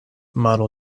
model